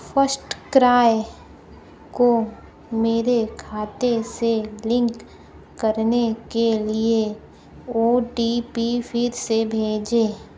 फर्स्टक्राय को मेरे खाते से लिंक करने के लिए ओ टी पी फिर से भेजें